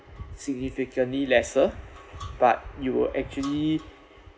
significantly lesser but you will actually